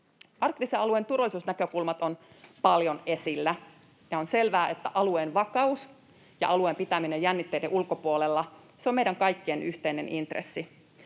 Arktisen alueen turvallisuusnäkökulmat ovat paljon esillä, ja on selvää, että alueen vakaus ja alueen pitäminen jännitteiden ulkopuolella on meidän kaikkien yhteinen intressi.